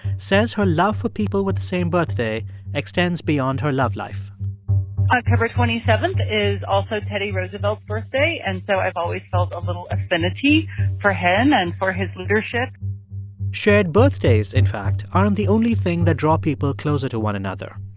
says her love for people with the same birthday extends beyond her love life october twenty seven is also teddy roosevelt's birthday, and so i've always felt a little affinity for him and for his leadership shared birthdays, in fact, aren't the only thing that draw people closer to one another.